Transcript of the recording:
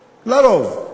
לרוב.